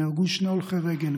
נהרגו שני הולכי רגל,